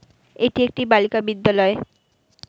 এটি একটি বালিকা বিদ্যালয়